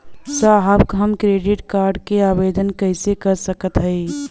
साहब हम credit card क आवेदन कइसे कर सकत हई?